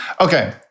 Okay